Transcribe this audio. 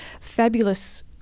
fabulous